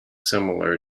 similar